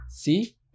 See